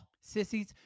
Sissies